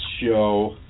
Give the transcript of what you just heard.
show